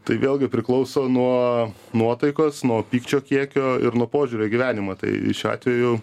tai vėlgi priklauso nuo nuotaikos nuo pykčio kiekio ir nuo požiūrio į gyvenimą tai šiuo atveju